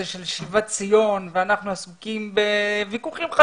של שיבת ציון ואנחנו עסוקים בוויכוחים,